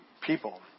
people